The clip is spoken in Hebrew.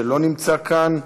שלא נמצא כאן.